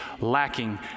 lacking